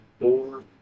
four